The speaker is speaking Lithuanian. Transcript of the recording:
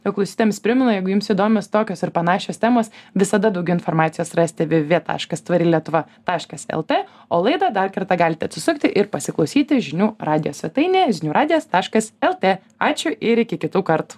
o klausytojams primenu jeigu jums įdomios tokios ir panašios temos visada daugiau informacijos rasite v v v taškas tvari lietuva taškas lt o laidą dar kartą galite atsisukti ir pasiklausyti žinių radijo svetainėje žinių radijas taškas lt ačiū ir iki kitų kartų